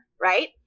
right